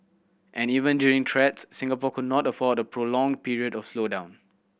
and even during threats Singapore could not afford a prolonged period of slowdown